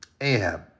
Ahab